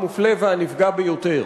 המופלה והנפגע ביותר.